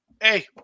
hey